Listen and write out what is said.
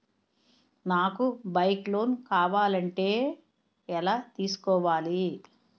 నాకు bike loan కావాలంటే ఎలా తీసుకోవాలి?